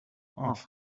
asked